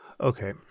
okay